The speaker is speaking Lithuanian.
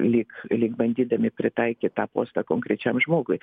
lyg lyg bandydami pritaikyt tą postą konkrečiam žmogui